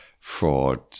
fraud